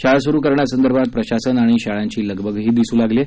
शाळा सुरू करण्यासंदर्भात प्रशासन आणि शाळांची लगबगही दिसू लागली आहे